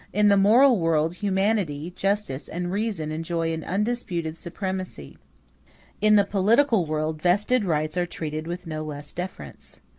in the moral world humanity, justice, and reason enjoy an undisputed supremacy in the political world vested rights are treated with no less deference.